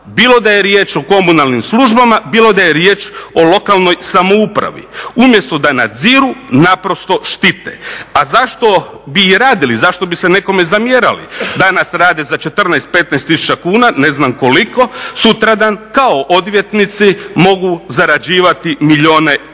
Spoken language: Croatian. bilo da je riječ o komunalnim službama, bilo da je riječ o lokalnoj samoupravi, umjesto da nadziru, naprosto štite. A zašto bi i radili, zašto bi se nekome zamjerali, danas rade za 14, 15 tisuća kuna ne znam koliko, sutradan kao odvjetnici mogu zarađivati milijune kuna.